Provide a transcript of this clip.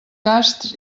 casts